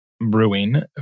Brewing